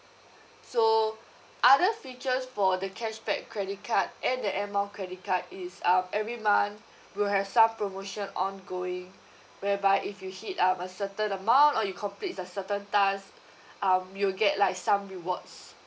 so other features for the cashback credit card and the air mile credit card is um every month we'll have some promotion ongoing whereby if you hit um a certain amount or you complete a certain task um you'll get like some rewards